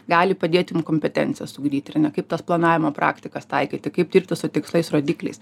gali padėt jum kompetencijas ugdyti ar ne kaip tas planavimo praktikas taikyti kaip dirbti su tikslais rodikliais